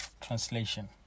translation